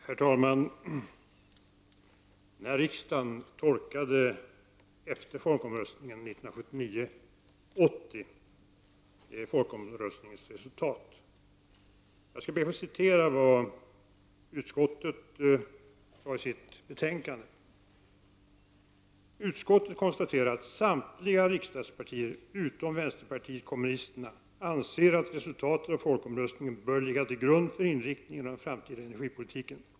Herr talman! Riksdagen tolkade efter folkomröstningen 1979/80 folkomröstningens resultat. Jag skall be att få citera vad utskottet sade i sitt betänkande. ”Utskottet konstaterar att samtliga riksdagspartier utom vänsterpartiet kommunisterna anser att resultatet av folkomröstningen bör ligga till grund för inriktningen av den framtida energipolitiken.